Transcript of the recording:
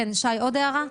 עכשיו,